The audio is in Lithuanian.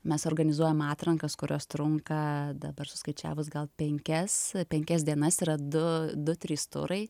mes organizuojam atrankas kurios trunka dabar suskaičiavus gal penkias penkias dienas yra du du trys turai